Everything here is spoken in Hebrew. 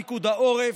פיקוד העורף,